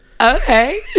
okay